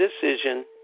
decision